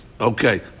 Okay